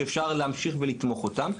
שאפשר להמשיך ולתמוך אותם,